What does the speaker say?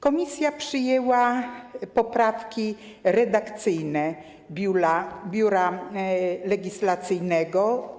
Komisja przyjęła poprawki redakcyjne Biura Legislacyjnego.